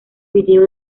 vídeo